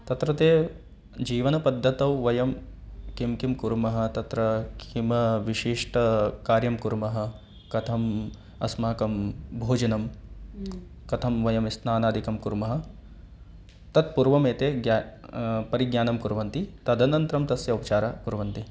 तत्र ते जीवनपद्धतौ वयं किं किं कुर्मः तत्र किं विशिष्टं कार्यं कुर्मः कथं अस्माकं भोजनं कथं वयं स्नानादिकं कुर्मः तत्पुर्वमेते ग्या परिज्ञानं कुर्वन्ति तदनन्तरं तस्य उपचारः कुर्वन्ति